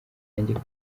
yanjye